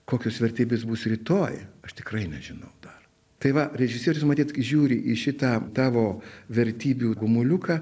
kokios vertybės bus rytoj aš tikrai nežinau dar tai va režisierius matyt žiūri į šitą tavo vertybių gumuliuką